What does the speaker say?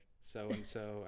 so-and-so